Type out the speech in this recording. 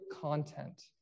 content